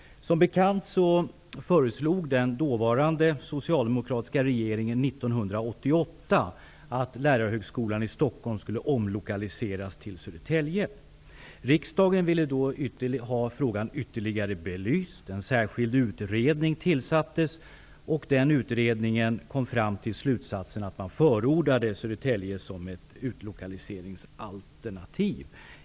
Som bekant föreslog den dåvarande socialdemokratiska regeringen 1988 att Lärarhögskolan i Stockholm skulle omlokaliseras till Södertälje. Riksdagen ville dock ha frågan ytterligare belyst. En särskild utredning tillsattes, och den kom fram till slutsatsen att Södertälje skulle förordas som ett utlokaliseringsalternativ.